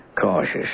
cautious